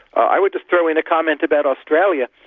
i would just throw in a comment about australia.